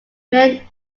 men